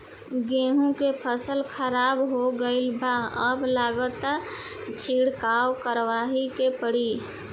गेंहू के फसल खराब हो गईल बा अब लागता छिड़काव करावही के पड़ी